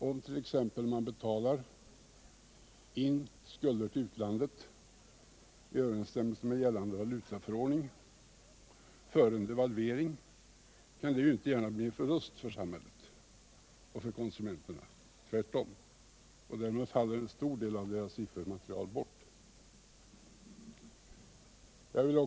Om man t.ex. betalar skulder till utlandet i överensstämmelse med gällande valutaförordning före en devalvering, kan det ju inte gärna bli en förlust för samhället och för konsumenterna — tvärtom. Därmed faller en stor del av deras siffermaterial bort.